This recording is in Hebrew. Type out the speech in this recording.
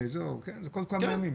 כן, זה כל כמה ימים.